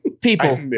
people